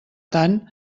tant